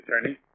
attorney